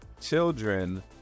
children